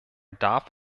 darf